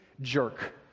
jerk